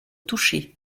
touchées